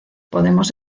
podemos